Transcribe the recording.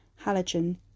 halogen